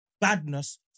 badness